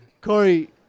Corey